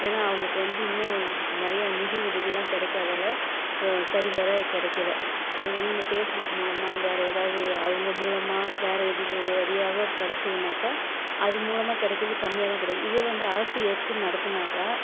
ஏன்னால் அவங்களுக்கு வந்து இன்னும் அதுக்கு நிறையா நிதி உதவியெல்லாம் கிடைக்காதால க சரி வர கிடைக்கல அது வந் இந்த ஃபேஸ் புக்கு மூலமாக வேறு ஏதாவது அவங்க மூலமாக வேறு எது வழியாகவோ கிடச்சிதுனாக்கா அது மூலமாக கிடைக்கிறது கம்மியாக தான் கிடைக்கும் இதே வந்து அரசு எடுத்து நடத்துனாக்கால்